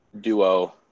duo